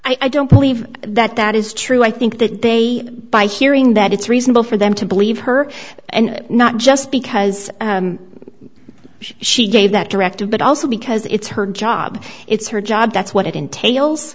i don't believe that that is true i think that they by hearing that it's reasonable for them to believe her and not just because she gave that directive but also because it's her job it's her job that's what it entails